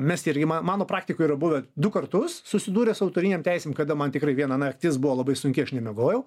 mes irgi man mano praktikoje yra buvę du kartus susidūręs su autorinėm teisėm kada man tikrai viena naktis buvo labai sunki aš nemiegojau